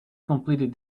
completed